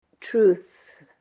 truth